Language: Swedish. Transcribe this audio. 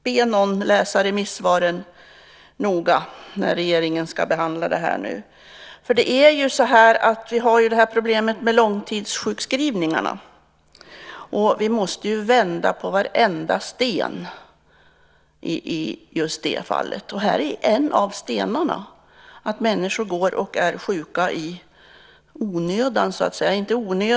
Be någon läsa remissvaren noga när regeringen ska behandla frågan. Vi har ju problemet med långtidssjukskrivningarna, och vi måste vända på varenda sten i det avseendet. Här är en av stenarna, att människor är sjuka i onödan, så att säga.